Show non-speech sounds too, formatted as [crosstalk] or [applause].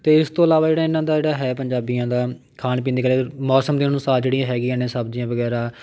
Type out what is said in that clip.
ਅਤੇ ਇਸ ਤੋਂ ਇਲਾਵਾ ਜਿਹੜਾ ਇਹਨਾਂ ਦਾ ਜਿਹੜਾ ਹੈ ਪੰਜਾਬੀਆਂ ਦਾ ਖਾਣ ਪੀਣ ਦੀ ਗੱਲ [unintelligible] ਮੌਸਮ ਦੇ ਅਨੁਸਾਰ ਜਿਹੜੀਆਂ ਹੈਗੀਆਂ ਨੇ ਸਬਜ਼ੀਆਂ ਵਗੈਰਾ